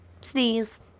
sneeze